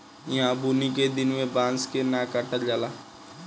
ईहा बुनी के दिन में बांस के न काटल जाला